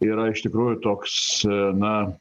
yra iš tikrųjų toks na